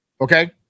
okay